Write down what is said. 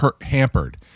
hampered